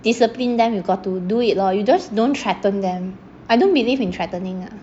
discipline them you've got to do it lor you just don't threaten them I don't believe in threatening ah